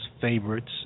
favorites